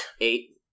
Eight